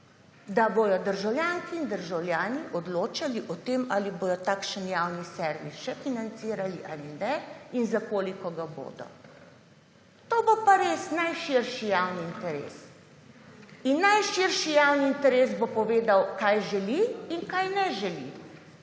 da bodo državljanke in državljani odločali o tem, ali bodo takšen javni servis še financirali ali ne in za koliko ga bodo. To bo pa res najširši javni interes. Najširši javni interes bo povedal, kaj želi in česa ne želi,